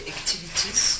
Activities